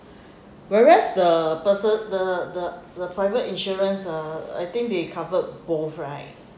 whereas the person the the the private insurance ah I think they covered both right